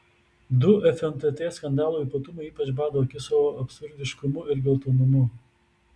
du fntt skandalo ypatumai ypač bado akis savo absurdiškumu ir geltonumu